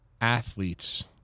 athletes